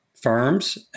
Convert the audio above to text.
firms